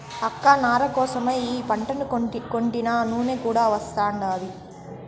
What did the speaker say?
అక్క నార కోసరమై ఈ పంటను కొంటినా నూనె కూడా వస్తాండాది